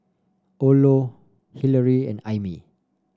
Orlo Hillery and Aimee